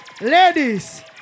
Ladies